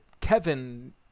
Kevin